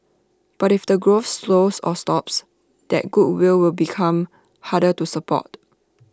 but if the growth slows or stops that goodwill will become harder to support